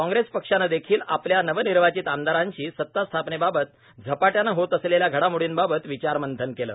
कॉग्रेस पक्षानं देखील आपल्या नवनिर्वाचित आमदारांशी सता स्थापनेबाबत सपाटयाने होत असलेल्या घडामोडींबाबत विचार मंथन केलं